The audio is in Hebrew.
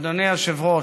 אדוני היושב-ראש,